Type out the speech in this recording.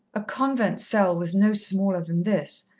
a convent cell was no smaller than this,